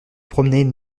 promenaient